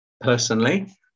personally